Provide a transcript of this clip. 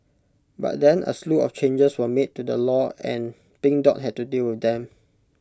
but then A slew of changes were made to the law and pink dot had to deal with them